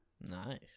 nice